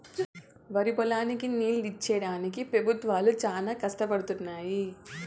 వరిపొలాలకి నీళ్ళు ఇచ్చేడానికి పెబుత్వాలు చానా కష్టపడుతున్నయ్యి